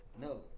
no